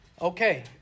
okay